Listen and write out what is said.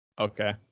okay